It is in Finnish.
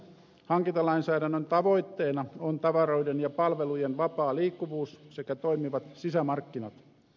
hankintalainsäädännön tavoitteena on tavaroiden ja palvelujen vapaa liikkuvuus sekä toimivat sisämarkkinat